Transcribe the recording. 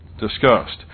discussed